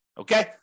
Okay